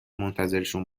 منتظرشون